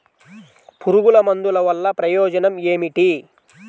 పురుగుల మందుల వల్ల ప్రయోజనం ఏమిటీ?